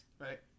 Right